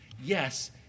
yes